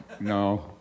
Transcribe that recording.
No